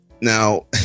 now